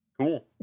Cool